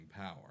power